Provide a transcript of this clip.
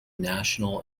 national